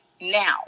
now